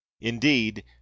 Indeed